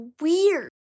weird